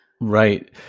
Right